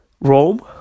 Rome